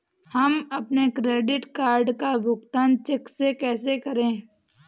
हम अपने credit card का भुगतान चेक से कैसे करें?